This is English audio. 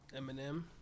Eminem